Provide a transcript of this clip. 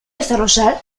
desarrollar